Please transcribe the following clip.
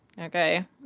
Okay